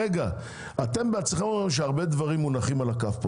אתם בעצמכם אומרים שהרבה דברים מונחים על הכף,